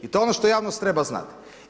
I to je ono što javnost treba znati.